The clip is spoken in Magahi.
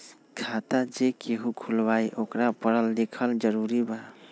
खाता जे केहु खुलवाई ओकरा परल लिखल जरूरी वा?